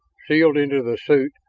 sealed into the suit,